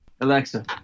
Alexa